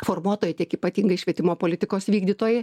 formuotojai tiek ypatingai švietimo politikos vykdytojai